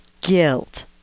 guilt